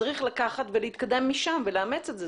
צריך לקחת ולהתקדם משם ולאמץ את זה.